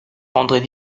rendrait